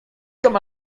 comme